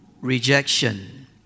rejection